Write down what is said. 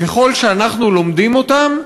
ככל שאנחנו לומדים אותם,